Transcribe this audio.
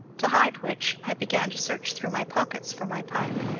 to hide which i began to search through my pockets for my pipe.